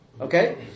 Okay